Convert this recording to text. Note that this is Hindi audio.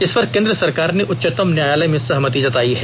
इस पर केन्द्र सरकार ने उच्चतम न्यायालय से सहमति जताई है